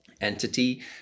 entity